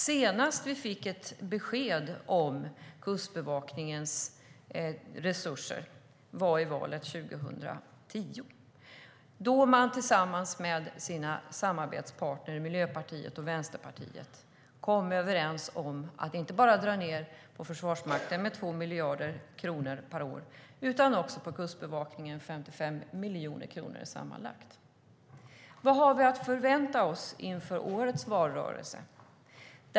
Senast vi fick ett besked om Kustbevakningens resurser var i valet 2010, då man tillsammans med sina samarbetspartner Miljöpartiet och Vänsterpartiet kom överens om att inte bara dra ned på Försvarsmakten med 2 miljarder kronor per år utan också att dra ned på Kustbevakningen med sammanlagt 55 miljoner kronor. Vad har vi att vänta oss inför årets valrörelse?